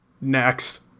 Next